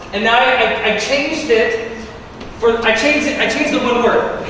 and i and changed it for the i changed i changed the one word.